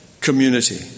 community